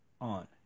on